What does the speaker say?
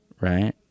right